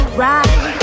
ride